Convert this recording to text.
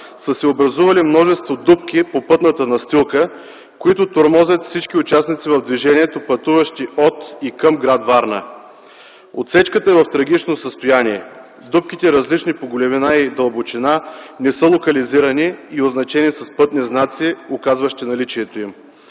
са се образували множество дупки по пътната настилка, които тормозят всички участници в движението, пътуващи от и към гр. Варна. Отсечката е в критично състояние – дупките, различни по големина и дълбочина, не са локализирани и означени с пътни знаци, указващи наличието им,